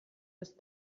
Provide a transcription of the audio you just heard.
das